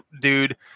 dude